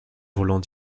volant